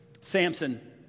Samson